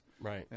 Right